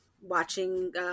watching